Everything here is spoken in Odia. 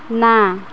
ନା